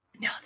No